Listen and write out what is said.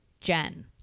Jen